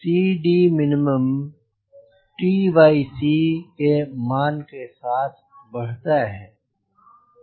CDmin tc के मान के साथ साथ बढ़ता है